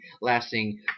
lasting